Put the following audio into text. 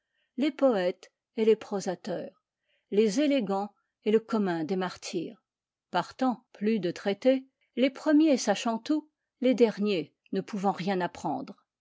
les poètes et les prosateurs les élégants et le commun des martyrs partant plus de traité les premiers sachant tout les derniers ne pouvant rien apprendre